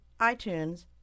iTunes